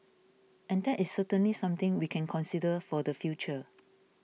and that is certainly something we can consider for the future